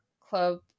Club